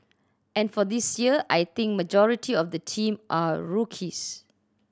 and for this year I think majority of the team are rookies